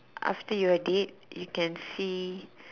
after you are dead you can see